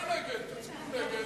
התשס"ט 2009,